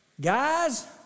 Guys